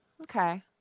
Okay